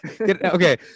Okay